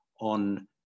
on